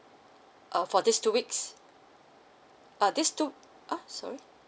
uh for this two weeks uh this two uh sorry